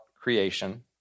creation